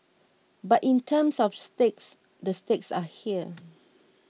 but in terms of stakes the stakes are here